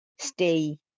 stay